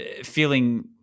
feeling